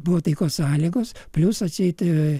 buvo taikos sąlygos plius atsieit